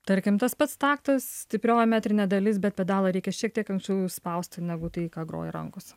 tarkim tas pats taktas stiprioji metrinė dalis bet pedalą reikia šiek tiek anksčiau įspausti negu tai ką groja rankos